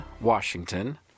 Washington